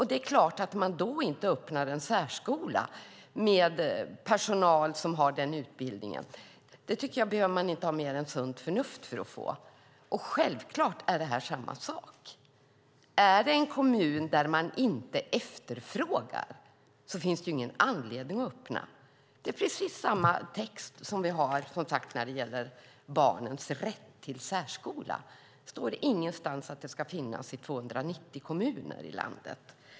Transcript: Det är klart att man då inte öppnar en särskola med personal som har denna utbildning. Jag tycker att man inte behöver ha mer än sunt förnuft för att förstå det. Och självfallet är det här samma sak! I en kommun där man inte efterfrågar detta finns det ingen anledning att öppna sådan verksamhet. Det är precis samma text som vi har när det gäller barns rätt till särskola, som sagt. Det står ingenstans att det ska finnas i 290 kommuner i landet.